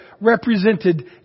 represented